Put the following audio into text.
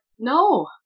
No